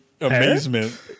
amazement